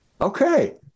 Okay